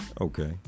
Okay